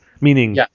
meaning